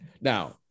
now